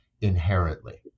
inherently